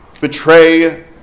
betray